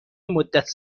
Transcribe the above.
مدت